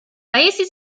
paesi